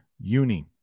uni